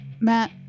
Matt